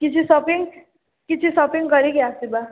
କିଛି ସପିଙ୍ଗ୍ କିଛି ସପିଙ୍ଗ୍ କରିକି ଆସିବା